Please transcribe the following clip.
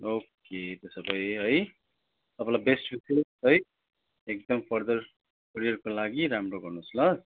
okay त्यसो भए है तपाईँलाई बेस्ट विसेस है एकदम फर्दर करियरको लागि राम्रो गर्नुहोस् ल